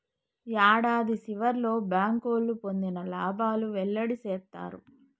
యాడాది సివర్లో బ్యాంకోళ్లు పొందిన లాబాలు వెల్లడి సేత్తారు